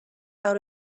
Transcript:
out